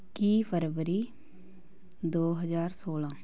ਇੱਕੀ ਫਰਵਰੀ ਦੋ ਹਜ਼ਾਰ ਸੌਲਾਂ